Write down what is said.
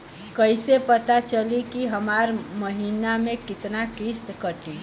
कईसे पता चली की हमार महीना में कितना किस्त कटी?